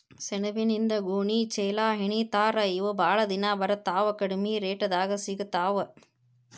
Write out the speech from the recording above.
ಸೆಣಬಿನಿಂದ ಗೋಣಿ ಚೇಲಾಹೆಣಿತಾರ ಇವ ಬಾಳ ದಿನಾ ಬರತಾವ ಕಡಮಿ ರೇಟದಾಗ ಸಿಗತಾವ